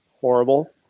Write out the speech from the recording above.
Horrible